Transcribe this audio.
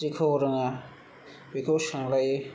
जेखौ रोङा बेखौ सोंलायो